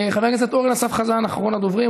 חבר הכנסת אורן אסף חזן אחרון הדוברים,